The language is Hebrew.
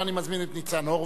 ואני מזמין את ניצן הורוביץ,